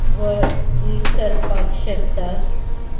वळेरी करपाक शकता